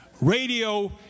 radio